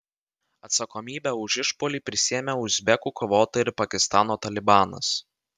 atsakomybę už išpuolį prisiėmė uzbekų kovotojai ir pakistano talibanas